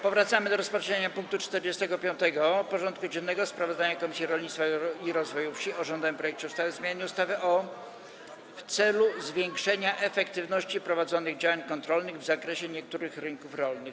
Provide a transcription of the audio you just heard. Powracamy do rozpatrzenia punktu 45. porządku dziennego: Sprawozdanie Komisji Rolnictwa i Rozwoju Wsi o rządowym projekcie ustawy o zmianie niektórych ustaw w celu zwiększenia efektywności prowadzonych działań kontrolnych w zakresie niektórych rynków rolnych.